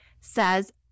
says